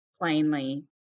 plainly